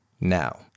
Now